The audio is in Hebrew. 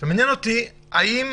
מעניין אותי לשמוע